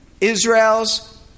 Israel's